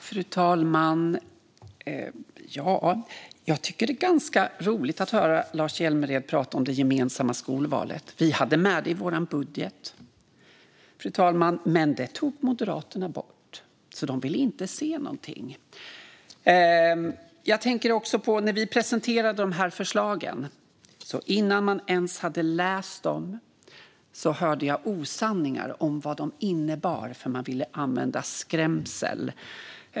Fru talman! Jag tycker att det är ganska roligt att höra Lars Hjälmered prata om det gemensamma skolvalet. Vi hade med det i vår budget, fru talman, men Moderaterna tog bort det. Det ville inte se någonting sådant. När vi presenterade dessa förslag hörde jag osanningar om vad de innebar innan man ens hade läst dem, för man ville använda skrämsel.